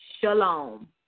Shalom